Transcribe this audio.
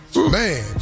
Man